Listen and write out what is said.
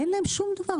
שאין להם שום דבר,